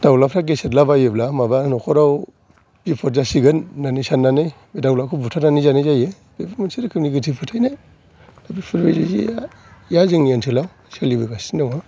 दावलाफ्रा गेसेदला बायोबा माबा नखराव बिफथ जासिगोन होननानै दावलाखौ बुथारनानै जानाय जायो बे मोनसे रोखोमनि गोथै फोथायनाय बेफोरनो जोंनि ओन्सोलाव सोलिबोगासिनो दङ